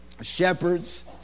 shepherds